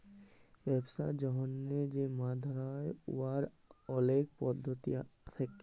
ব্যবসার জ্যনহে যে মাছ ধ্যরা হ্যয় উয়ার অলেক পদ্ধতি থ্যাকে